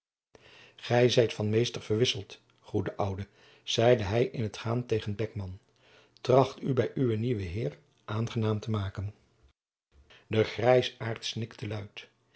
gij zijt van meester verwisseld goede oude zeide hij in t gaan tegen beckman tracht u bij uwen nieuwen heer aangenaam te maken de grijsaard snikte luid